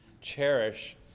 Cherish